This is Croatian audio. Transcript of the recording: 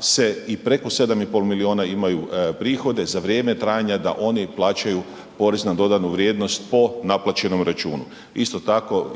se i preko 7,5 milijuna imaju prihode za vrijeme trajanja da oni plaćaju porez na dodanu vrijednost po naplaćenom računu. Isto tako